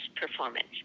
performance